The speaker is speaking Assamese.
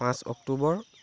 পাঁচ অক্টোবৰ